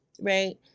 Right